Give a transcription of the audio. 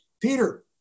Peter